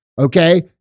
okay